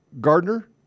Gardner